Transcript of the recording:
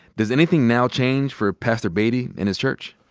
does anything now change for pastor baity and his church?